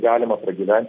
galima pragyven